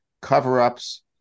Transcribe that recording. cover-ups